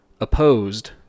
opposed